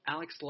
Alex